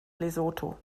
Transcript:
lesotho